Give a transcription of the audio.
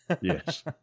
Yes